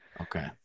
Okay